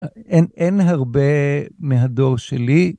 אין הרבה מהדור שלי